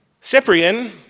Cyprian